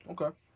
okay